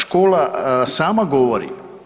Škola sama govori.